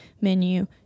menu